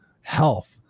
health